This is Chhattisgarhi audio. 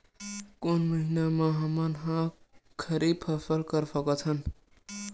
कोन महिना म हमन ह खरीफ फसल कर सकत हन?